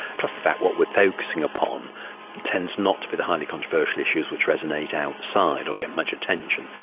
plus the fact what we're focusing upon tends not to be the highly controversial issues which resonate outside, or get much attention.